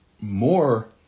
more